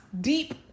deep